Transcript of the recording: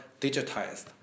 digitized